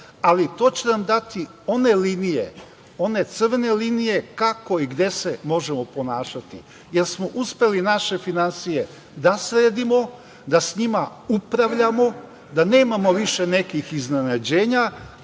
ali to će nam dati one linije, one crvene linije kako i gde se možemo ponašati jer smo uspeli naše finansije da sredimo, da sa njima upravljamo, da nemamo više nekih iznenađenja,